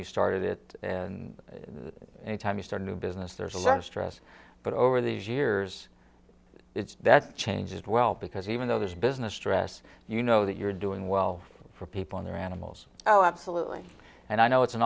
you started it and anytime you start a new business there's a lot of stress but over these years it's that change as well because even though this business stress you know that you're doing well for people in their animals oh absolutely and i know it's an